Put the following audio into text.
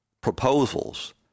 proposals